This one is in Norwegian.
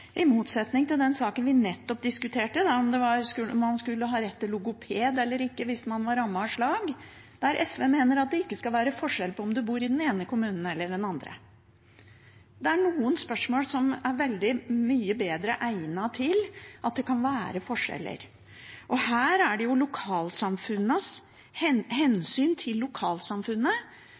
i motsetning til den saken vi nettopp diskuterte, om man skal ha rett til logoped eller ikke hvis man er rammet av slag, der SV mener at det ikke skal være forskjell på om man bor i den ene kommunen eller den andre. Det er noen spørsmål som er mye bedre egnet til at det kan være forskjeller. Her er det hensynet til